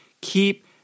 keep